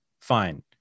fine